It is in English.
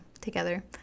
together